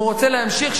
אם הוא רוצה להמשיך,